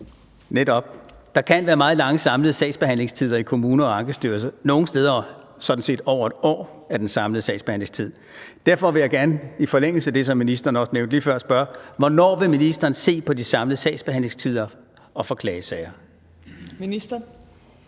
Der kan være meget lange samlede sagsbehandlingstider i kommuner og Ankestyrelsen, nogle steder er den samlede sagsbehandlingstid på over et år. Derfor vil jeg gerne i forlængelse af det, som ministeren også nævnte lige før, spørge, hvornår ministeren vil se på de samlede sagsbehandlingstider og tider for klagesager.